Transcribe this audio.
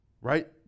right